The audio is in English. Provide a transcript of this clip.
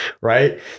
right